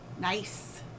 Nice